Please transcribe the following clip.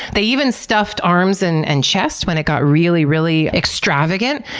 they even stuffed arms and and chest when it got really, really extravagant.